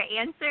answer